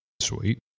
Sweet